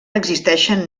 existeixen